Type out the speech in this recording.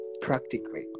practically